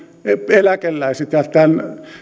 eläkeläiset tämän